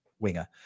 Winger